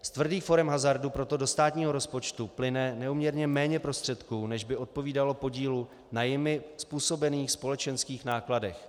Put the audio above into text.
Z tvrdých forem hazardu proto do státního rozpočtu plyne neúměrně méně prostředků, než by odpovídalo podílu na jimi způsobených společenských nákladech.